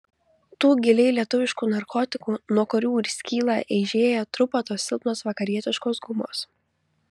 tų giliai lietuviškų narkotikų nuo kurių ir skyla eižėja trupa tos silpnos vakarietiškos gumos